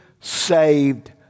saved